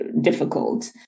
difficult